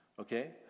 okay